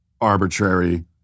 arbitrary